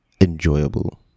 enjoyable